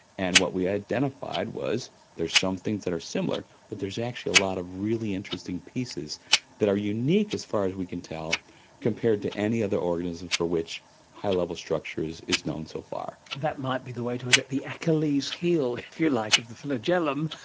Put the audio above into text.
and what we identified was there are some things that are similar but there's actually a lot of really interesting pieces that are unique as far as we can tell compared to any other organism for which high level structures is known so far. that might be the way to it, the achilles heel, if you like, of the flagellum,